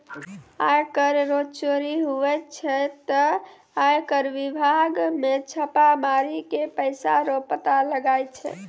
आय कर रो चोरी हुवै छै ते आय कर बिभाग मे छापा मारी के पैसा रो पता लगाय छै